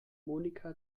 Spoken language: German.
monika